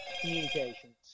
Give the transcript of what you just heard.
communications